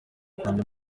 kuramya